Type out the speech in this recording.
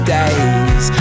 days